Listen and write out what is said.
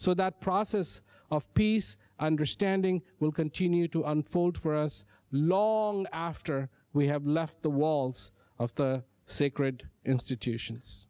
so that process of peace understanding will continue to unfold for us no long after we have left the walls of the sacred institution